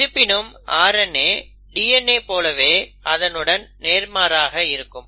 இருப்பினும் RNA DNA போலவே அதனுடன் நேர்மாறாக இருக்கும்